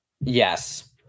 Yes